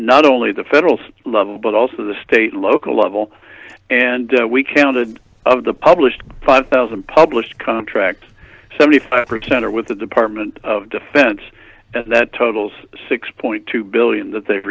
not only the federal level but also the state local level and we counted of the published five thousand published contracts seventy five percent are with the department of defense that totals six point two billion that they've